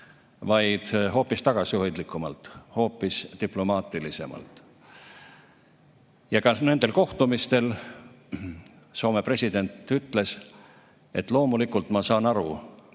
vaid hoopis tagasihoidlikumalt, hoopis diplomaatilisemalt. Ka nendel kohtumistel on Soome president öelnud, et loomulikult ta saab aru,